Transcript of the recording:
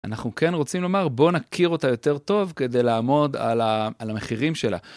אנחנו כן רוצים לומר בואו נכיר אותה יותר טוב כדי לעמוד על המחירים שלה.